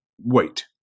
Wait